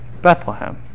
Bethlehem